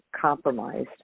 compromised